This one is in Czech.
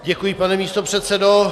Děkuji, pane místopředsedo.